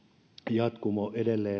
jatkumo edelleen